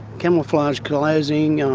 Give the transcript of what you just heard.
camouflage clothing,